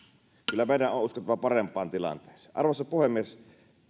kyllä meidän on uskottava parempaan tilanteeseen arvoisa puhemies